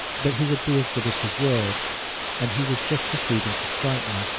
that he would be as good as his word and he was just proceeding to strike me,